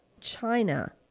China